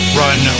run